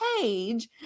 page